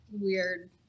weird